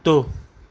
कुत्तो